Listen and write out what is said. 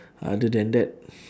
other than that